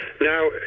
Now